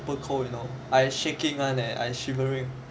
super cold you know I shaking leh I shivering